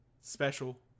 special